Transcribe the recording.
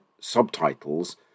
subtitles